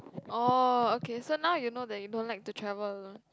oh okay so now you know that you don't like to travel alone